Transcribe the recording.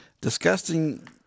Disgusting